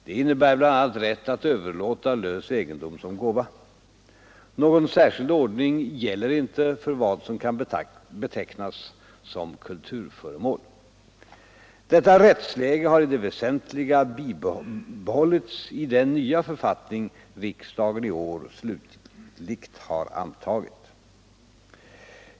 Det innebär bl.a. rätt att överlåta lös egendom som gåva. Någon särskild ordning gäller inte för vad som kan betecknas som kulturföremål. Detta rättsläge har i det väsentliga behållits i den nya författning riksdagen i år slutligt har antagit.